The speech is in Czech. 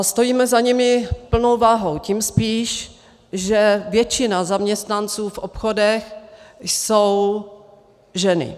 Stojíme za nimi plnou vahou tím spíš, že většina zaměstnanců v obchodech jsou ženy.